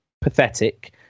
pathetic